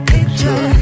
Picture